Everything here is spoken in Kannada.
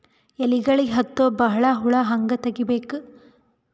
ಎಲೆಗಳಿಗೆ ಹತ್ತೋ ಬಹಳ ಹುಳ ಹಂಗ ತೆಗೀಬೆಕು?